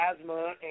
asthma